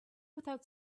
without